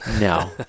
No